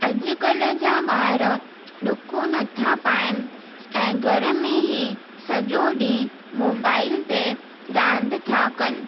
अॼुकल्ह जा ॿार डुकूं न था पाइण ऐं घर में ही सॼो ॾींहुं मोबाइल ते रांदि था कनि